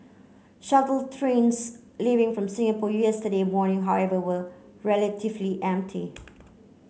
shuttle trains leaving from Singapore yesterday morning however were relatively empty